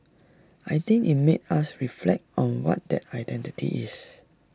I think IT made us reflect on what that identity is